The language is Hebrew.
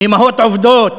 אימהות עובדות